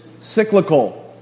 cyclical